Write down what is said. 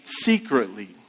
secretly